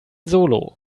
solo